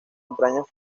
entrañas